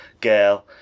girl